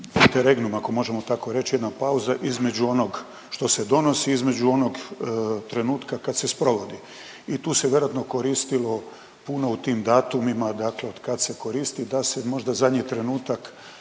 jedan interegnum ako možemo tako reći, jedna pauza između onog što se donosi i između onog trenutka kad se sprovodi i tu se vjerojatno koristilo puno u tim datumima, dakle otkad se koristi da se možda zadnji trenutak